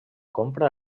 compra